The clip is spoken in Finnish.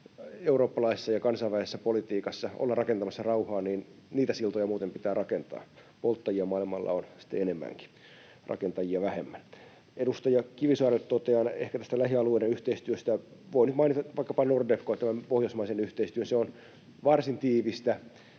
eurooppalaisessa ja kansainvälisessä politiikassa, olla rakentamassa rauhaa, niin niitä siltoja muuten pitää rakentaa. Polttajia maailmalla on sitten enemmänkin, rakentajia vähemmän. Edustaja Kivisaarelle totean ehkä tästä lähialueiden yhteistyöstä, että voisin mainita vaikkapa Nordefcon, tämän pohjoismaisen yhteistyön. Se on varsin tiivistä.